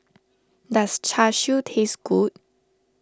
does Char Siu taste good